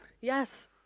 Yes